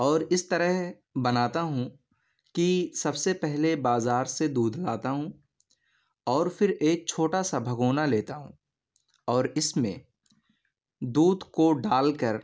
اور اس طرح بناتا ہوں کہ سب سے پہلے بازار سے دودھ لاتا ہوں اور پھر ایک چھوٹا سا بھگونا لیتا ہوں اور اس میں دودھ کو ڈال کر